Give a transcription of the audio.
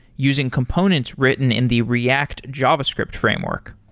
using components written in the react javascript framework.